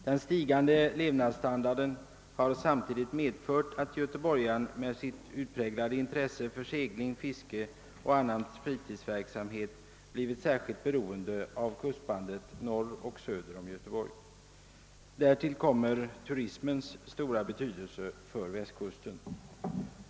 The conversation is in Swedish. Den stigande levnadsstandarden har samtidigt medfört, att göteborgaren med sitt utpräglade intresse för segling, fiske och annan fritidsverksamhet blivit särskilt beroende av kustbandet norr och söder om Göteborg. Därtill kommer turismens stora betydelse för västkusten.